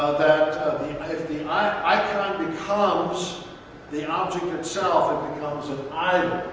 that if the icon becomes the and object itself, it becomes an idol.